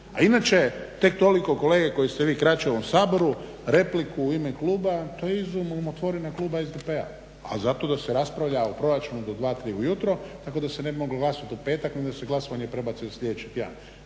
A inače tek toliko kolege koji ste vi kraće u ovom Saboru repliku u ime kluba to je izum umotvorine kluba SDP-a, a zato da se raspravlja o proračunu do dva, tri ujutro tako da se ne bi moglo glasovati u petak nego da se glasovanje prebaci za sljedeći tjedan.